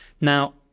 Now